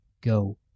Go